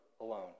alone